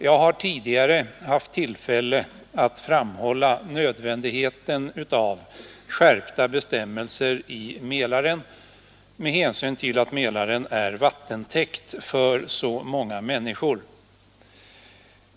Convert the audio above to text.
Jag har tidigare haft tillfälle att framhålla nödvändigheten av skärpta bestämmelser i fråga om Mälaren med hänsyn till att Mälaren är vattentäkt för så många människor.